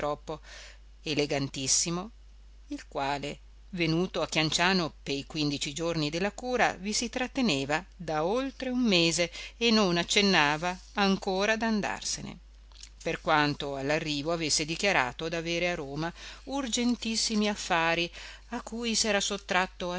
elegantissimo il quale venuto a chianciano pei quindici giorni della cura vi si tratteneva da oltre un mese e non accennava ancora d'andarsene per quanto all'arrivo avesse dichiarato d'avere a roma urgentissimi affari a cui s'era sottratto